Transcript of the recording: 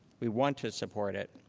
we want to support it.